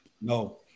No